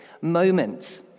moment